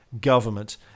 government